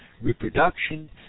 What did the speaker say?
reproduction